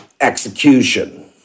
execution